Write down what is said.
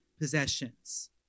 possessions